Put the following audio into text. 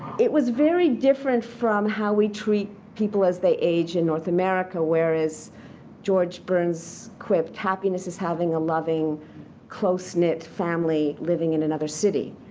it was very different from how we treat people as they age in north america whereas george burns quipped, happiness is having a loving close knit family living in another city.